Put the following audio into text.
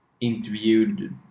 interviewed